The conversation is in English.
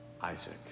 Isaac